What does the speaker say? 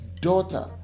Daughter